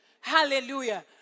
Hallelujah